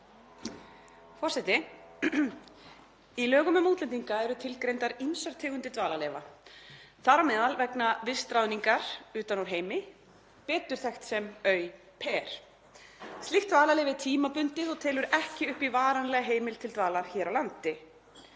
Í lögum um útlendinga eru tilgreindar ýmsar tegundir dvalarleyfa, þar á meðal vegna vistráðningar utan úr heimi, betur þekkt sem au-pair. Slíkt dvalarleyfi er tímabundið og telur ekki upp í varanlega heimild til dvalar hér á landi.